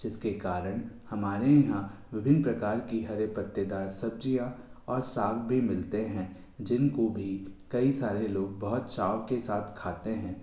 जिसके कारण हमारे यहाँ विभिन्न प्रकार की हरे पत्तेदार सब्जियाँ और साग भी मिलते हैं जिनको भी कई सारे लोग बहुत चाव के साथ खाते हैं